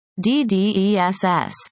d-d-e-s-s